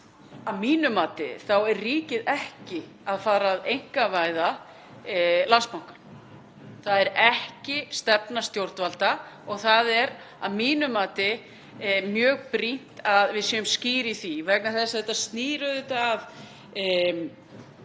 er ríkið ekki að fara að einkavæða Landsbankann. Það er ekki stefna stjórnvalda og það er að mínu mati mjög brýnt að við séum skýr í því, vegna þess að það snýr líka að